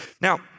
Now